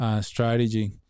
strategy